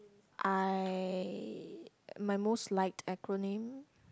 I my most liked acronym